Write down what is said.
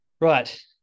Right